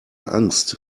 angst